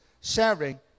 sharing